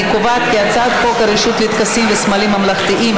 אני קובעת כי הצעת חוק הרשות לטקסים וסמלים ממלכתיים,